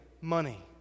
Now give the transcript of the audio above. money